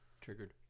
Triggered